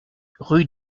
rue